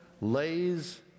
lays